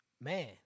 Man